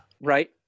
Right